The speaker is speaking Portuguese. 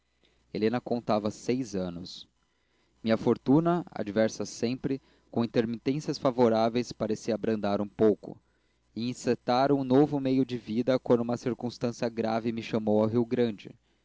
helena contava seis anos minha fortuna adversa sempre com intermitências favoráveis parecia abrandar um pouco ia encetar um novo meio de vida quando uma circunstância grave me chamou ao rio grande